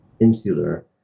insular